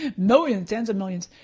millions, tens of millions.